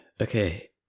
okay